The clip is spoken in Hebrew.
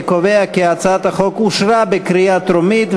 אני קובע כי הצעת החוק אושרה בקריאה טרומית,